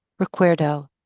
Recuerdo